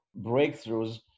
breakthroughs